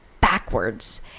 backwards